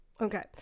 Okay